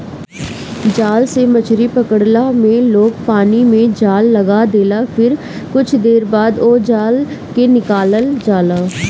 जाल से मछरी पकड़ला में लोग पानी में जाल लगा देला फिर कुछ देर बाद ओ जाल के निकालल जाला